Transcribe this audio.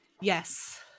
Yes